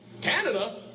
Canada